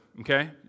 okay